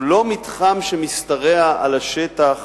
לא מתחם שמשתרע על השטח